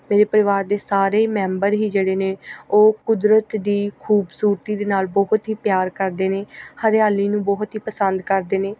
ਮੇਰੇ ਪਰਿਵਾਰ ਦੇ ਸਾਰੇ ਹੀ ਮੈਂਬਰ ਹੀ ਜਿਹੜੇ ਨੇ ਉਹ ਕੁਦਰਤ ਦੀ ਖੂਬਸੂਰਤੀ ਦੇ ਨਾਲ ਬਹੁਤ ਹੀ ਪਿਆਰ ਕਰਦੇ ਨੇ ਹਰਿਆਲੀ ਨੂੰ ਬਹੁਤ ਹੀ ਪਸੰਦ ਕਰਦੇ ਨੇ